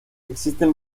existen